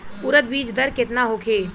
उरद बीज दर केतना होखे?